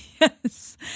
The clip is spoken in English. Yes